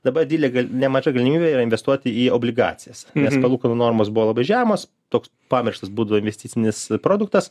dabar didelė gal nemaža galimybė yra investuoti į obligacijas nes palūkanų normos buvo labai žemos toks pamirštas būdų investicinis produktas